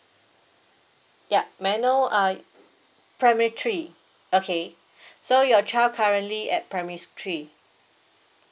yup may I know uh primary three okay so your child currently at primary three